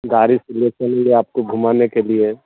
गाड़ी से ले चलेंगे आपको घुमाने के लिए